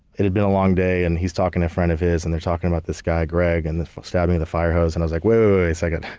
it had been a long day, and he's talking to a friend of his, and they're talking about this guy, greg, and the stabbing the fire hose and i was like, wait a second.